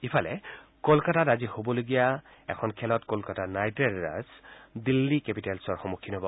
ইফালে কলকতাত আজি হ'বলগীয়া এখন খেলত কলকাতা নাইট ৰাইডাৰ্চ দিল্লী কেপিটেলচৰ সন্মুখীন হ'ব